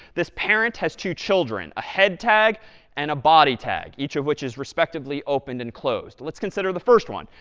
this parent has two children, a head tag and a body tag, each of which is respectively opened and closed. let's consider the first one,